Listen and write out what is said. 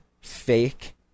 fake